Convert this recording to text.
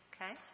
Okay